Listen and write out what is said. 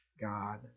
God